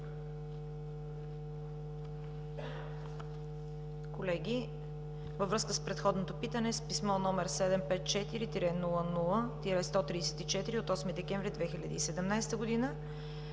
Колеги, във връзка с предходното питане, с писмо № 754 00 134 от 8 декември 2017 г.,